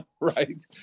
right